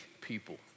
people